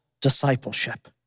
discipleship